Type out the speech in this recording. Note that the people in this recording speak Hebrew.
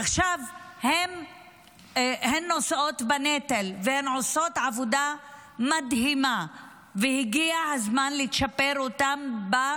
עכשיו הן נושאות בנטל והן עושות עבודה מדהימה והגיע הזמן לצ'פר אותן.